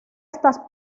estas